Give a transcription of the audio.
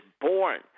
born